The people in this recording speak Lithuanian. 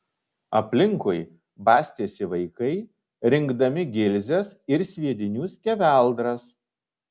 aplinkui bastėsi vaikai rinkdami gilzes ir sviedinių skeveldras